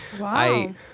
Wow